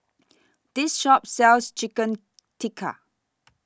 This Shop sells Chicken Tikka